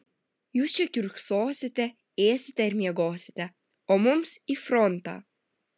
jūs čia kiurksosite ėsite ir miegosite o mums į frontą